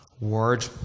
word